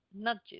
nudges